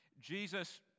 Jesus